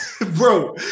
bro